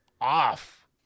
off